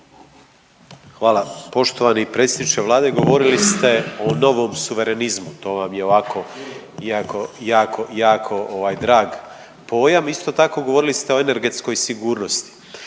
Hvala. Poštovani predsjedniče Vlade, govorili ste o novom suverenizmu, to vam je ovako jako, jako, jako drag pojam, isto tako govorili ste o energetskoj sigurnosti.